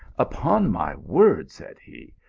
upon my word, said he,